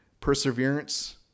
perseverance